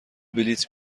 بلیط